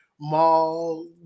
mall